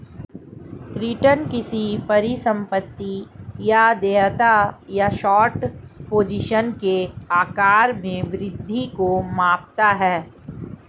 return किसी परिसंपत्ति या देयता या शॉर्ट पोजीशन के आकार में वृद्धि को मापता है